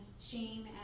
shame